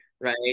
right